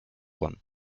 one